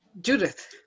Judith